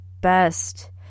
best